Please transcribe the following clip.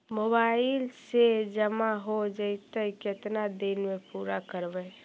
Mobile से जामा हो जैतय, केतना दिन में पुरा करबैय?